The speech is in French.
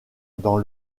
dans